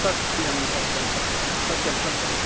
सत्यं सत्यं सत्यं सत्यं सत्यम्